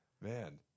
Man